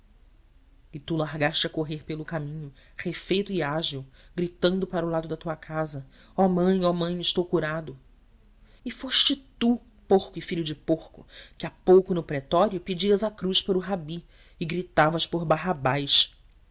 e tu largaste a correr pelo caminho refeito e ágil gritando para o lado da tua casa oh mãe oh mãe estou curado e foste tu porco e filho de porco que há pouco no pretório pedias a cruz para o rabi e gritavas por barrabás